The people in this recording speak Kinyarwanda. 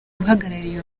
uhagarariye